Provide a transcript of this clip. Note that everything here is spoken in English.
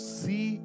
see